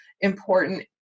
important